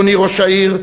אדוני ראש העיר.